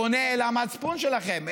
פונה אל המצפון שלכם,